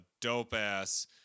dope-ass